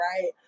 right